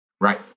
Right